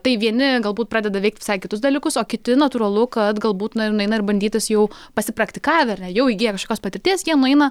tai vieni galbūt pradeda veikti visai kitus dalykus o kiti natūralu kad galbūt nueina ir bandytis jau pasipraktikavę ir na jau įgiję kažkokios patirties jie nueina